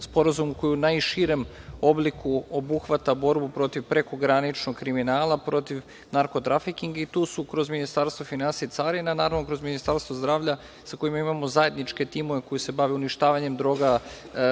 sporazumu koji u najširem obliku obuhvata borbu protiv prekograničnog kriminala, protiv narko-trafikinga i tu su kroz Ministarstvo finansija i carine, a naravno kroz Ministarstvo zdravlja sa kojim imamo zajedničke timove koji se bave uništavanjem droga,